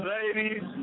Ladies